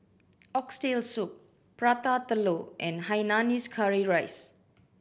Oxtail Soup Prata Telur and hainanese curry rice